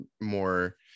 more